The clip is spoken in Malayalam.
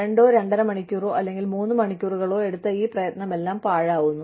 രണ്ടോ രണ്ടര മണിക്കൂറോ അല്ലെങ്കിൽ മൂന്ന് മണിക്കൂറുകളോ എടുത്ത ഈ പ്രയത്നമെല്ലാം പാഴാവുന്നു